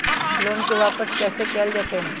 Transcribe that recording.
Loan के वापस कैसे कैल जतय?